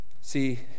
See